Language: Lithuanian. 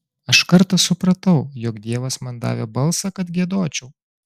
aš kartą supratau jog dievas man davė balsą kad giedočiau